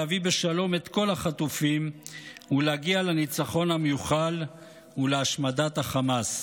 להביא בשלום את כל החטופים ולהגיע לניצחון המיוחל ולהשמדת החמאס.